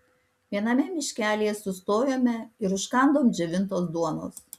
viename miškelyje sustojome ir užkandom džiovintos duonos